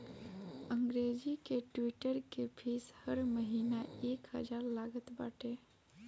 अंग्रेजी के ट्विटर के फ़ीस हर महिना एक हजार लागत बाटे